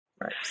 Right